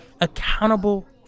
accountable